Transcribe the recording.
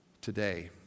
today